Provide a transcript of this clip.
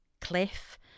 cliff